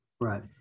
right